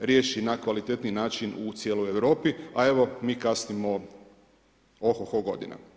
riješi na kvalitetan način u cijeloj Europi, a evo, mi kasnim oh-ho-ho godina.